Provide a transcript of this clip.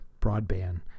broadband